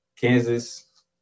Kansas